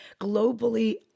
globally